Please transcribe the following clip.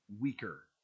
weaker